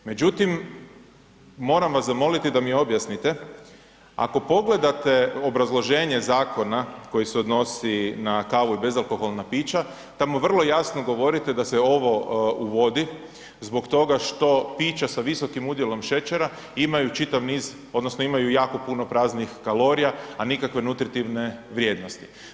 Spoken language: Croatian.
Međutim, moram vas zamoliti da mi objasnite, ako pogledate obrazloženje zakona koji se odnosi na kavu i bezalkoholna pića, tamo vrlo jasno govorite da se ovo uvodi zbog toga što pića sa visokim udjelom šećera imaju čitav niz odnosno imaju jako puno praznih kalorija, a nikakve nutritivne vrijednosti.